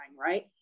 right